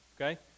Okay